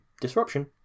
disruption